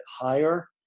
higher